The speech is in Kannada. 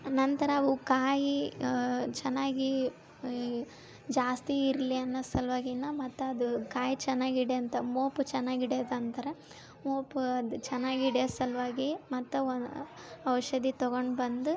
ನಂತರ ಅವು ಕಾಯಿ ಚೆನ್ನಾಗಿ ಜಾಸ್ತಿ ಇರಲಿ ಅನ್ನೋ ಸಲುವಾಗಿನ ಮತ್ತದು ಕಾಯಿ ಚೆನ್ನಾಗಿ ಇಡ್ಯಂತ ಮೋಪು ಚೆನ್ನಾಗಿ ಹಿಡಿಯೋದ್ ಅಂತಾರ ಮೋಪು ಅದು ಚೆನ್ನಾಗಿ ಹಿಡಿಯೋ ಸಲುವಾಗಿ ಮತ್ತೆ ಒಂದ್ ಔಷಧಿ ತಗೊಂಡು ಬಂದು